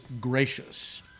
gracious